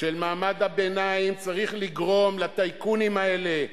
של מעמד הביניים צריך לגרום לטייקונים האלה,